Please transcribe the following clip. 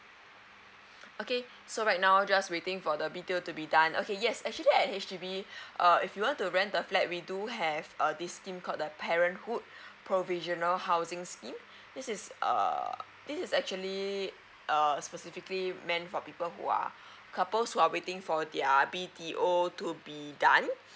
okay so right now just waiting for the B_T_O to be done okay yes actually at H_D_B err if you want to rent the flat we do have err this thing called the parenthood provisional housing scheme this is err this is actually err specifically meant for people who are couples while waiting for their B_T_O to be done